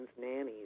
nannies